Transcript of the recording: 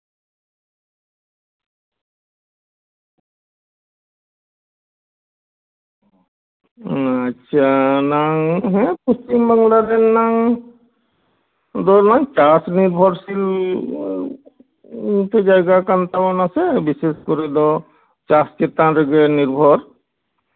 ᱟᱪᱪᱷᱟ ᱦᱮᱸ ᱯᱚᱥᱪᱤᱢ ᱵᱟᱝᱞᱟ ᱨᱮᱱᱟᱝ ᱫᱚ ᱪᱟᱥ ᱱᱤᱨᱵᱷᱚᱨᱥᱤᱞ ᱤᱱᱠᱟᱹ ᱡᱟᱭᱜᱟ ᱠᱟᱱ ᱛᱟᱵᱚᱱᱟ ᱥᱮ ᱵᱤᱥᱮᱥ ᱠᱚᱨᱮᱫᱚ ᱪᱟᱥ ᱪᱮᱛᱟᱱ ᱨᱮᱜᱮ ᱱᱤᱨᱵᱷᱚᱨ